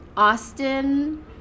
Austin